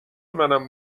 منم